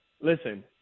listen